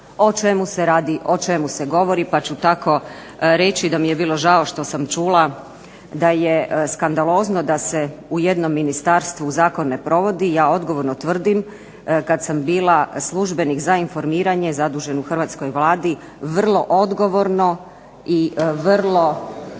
o čemu se radi, o čemu se govori pa ću tako reći da mi je bilo žao što sam čula da je skandalozno da se u jednom ministarstvu zakon ne provodi. I ja odgovorno tvrdim kada sam bila službenik za informiranje zadužen u hrvatskoj Vladi, vrlo odgovorno i vrlo